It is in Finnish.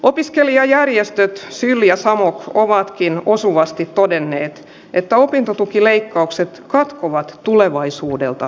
opiskelijajärjestöt syliä salo ovatkin osuvasti todenneen että opintotukileikkaukset jatkuvat tulevaisuudelta